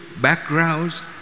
backgrounds